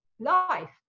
life